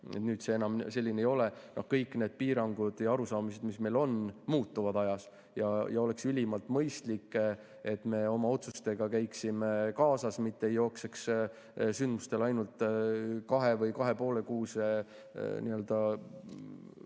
nüüd see enam selline ei ole. No kõik need piirangud ja arusaamised, mis meil on, muutuvad ajas. Ja oleks ülimalt mõistlik, et me oma otsustega käiksime kaasas, mitte ei jookseks sündmustel ainult kahekuuse või kahe ja poole kuu vahega